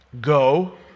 Go